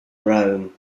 rome